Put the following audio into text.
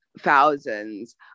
thousands